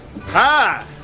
Hi